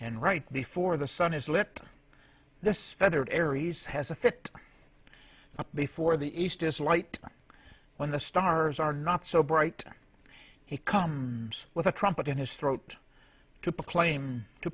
and right before the sun his lips this feathered aries has a fit before the east is light when the stars are not so bright he comes with a trumpet in his throat to proclaim to